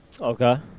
Okay